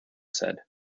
said